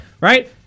right